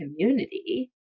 community